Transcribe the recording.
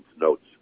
Notes